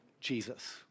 Jesus